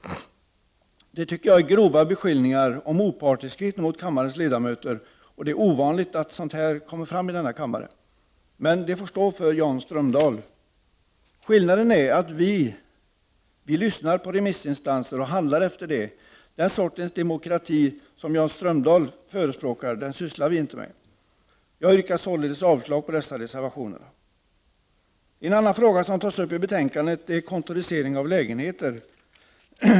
Det är grova beskyllningar om opartiskhet hos kammarens ledamöter. Det är ovanligt att sådant sägs här. Det sagda får stå för Jan Strömdahl. Skillnaden mellan oss är att vi lyssnar på remissinstanserna och handlar efter det. Den sortens ”demokrati” som Jan Strömdahl förespråkar sysslar inte vi med. Jag yrkar således avslag på dessa reservationer. En annan fråga som också tas upp i betänkandet är kontorisering av lägenheter.